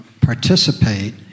participate